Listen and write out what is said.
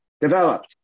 developed